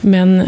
Men